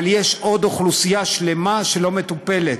אבל יש עוד אוכלוסייה שלמה שלא מטופלת.